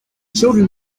children